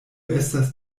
estas